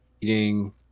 eating